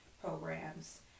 programs